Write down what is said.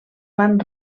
van